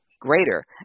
greater